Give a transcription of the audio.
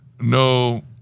no